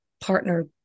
partner